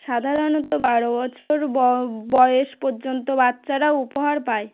সাধারণত বারো বছর বয়স পর্যন্ত বাচ্চারা উপহার পায়